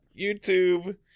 youtube